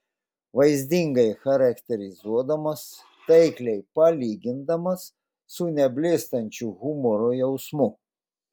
vaizdingai charakterizuodamas taikliai palygindamas su neblėstančiu humoro jausmu